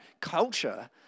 culture